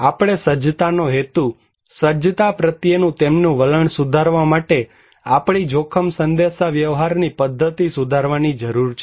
આપણે સજ્જતાનો હેતુ સજ્જતા પ્રત્યેનું તેમનું વલણ સુધારવા માટે આપણી જોખમ સંદેશાવ્યવહારની પદ્ધતિ સુધારવાની જરૂર છે